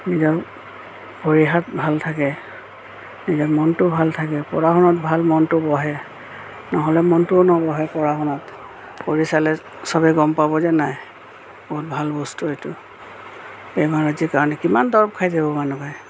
নিজৰ ভৰি হাত ভাল থাকে নিজৰ মনটো ভাল থাকে পঢ়া শুনাত ভাল মনটো বহে নহ'লে মনটোও নবহে পঢ়া শুনাত কৰি চালে চবেই গম পাব যে নাই বহুত ভাল বস্তু এইটো এই কাৰণে আজিৰ কাৰণে কিমান দৰৱ খাই থাকিব মানুহে